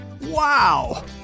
Wow